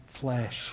flesh